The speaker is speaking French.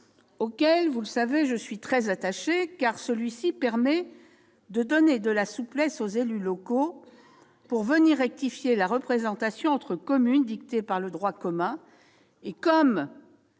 auquel, vous le savez, je suis très attachée, car celui-ci permet de donner de la souplesse aux élus locaux pour rectifier la représentation entre communes dictée par le droit commun. Comme